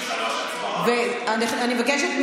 אני מבקשת,